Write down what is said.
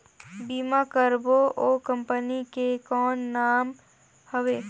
बीमा करबो ओ कंपनी के कौन नाम हवे?